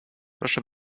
proszę